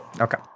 Okay